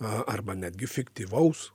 arba netgi fiktyvaus